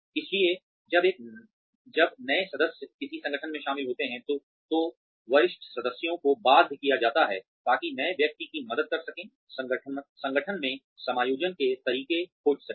इसलिए जब नए सदस्य किसी संगठन में शामिल होते हैं तो वरिष्ठ सदस्यों को बाध्य किया जाता है ताकि नए व्यक्ति की मदद कर सकें संगठन में समायोजन के तरीके खोज सकें